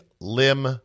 Lim